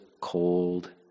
cold